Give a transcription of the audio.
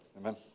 Amen